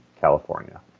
California